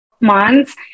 months